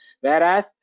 Whereas